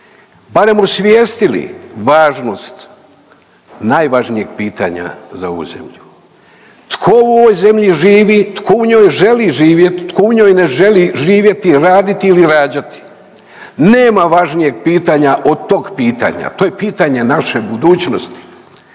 barem osvijestili, važnost najvažnijeg pitanja za ovu zemlju, tko u ovoj zemlji živi, tko u njoj želi živjet, tko u njoj ne želi živjeti, raditi ili rađati. Nema važnijeg pitanja od tog pitanja, to je pitanje naše budućnosti